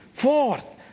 Fourth